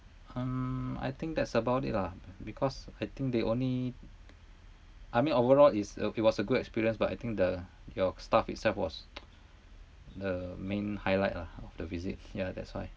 um I think that's about it lah because I think the only I mean overall it's uh it was a good experience but I think the your staff itself was the main highlight lah of the visit yeah that's why